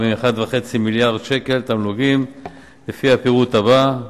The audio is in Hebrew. מ-1.5 מיליארד שקל תמלוגים לפי הפירוט הבא,